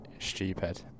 Stupid